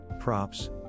props